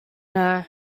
know